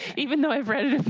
even though i've read it